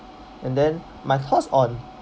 and then my thoughts on